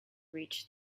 reach